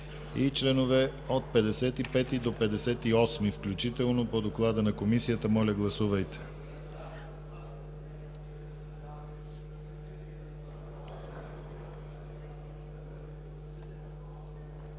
и членове от 55 до 58 включително по доклада на Комисията. Моля, гласувайте.